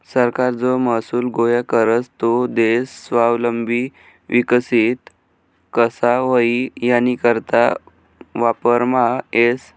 सरकार जो महसूल गोया करस तो देश स्वावलंबी विकसित कशा व्हई यानीकरता वापरमा येस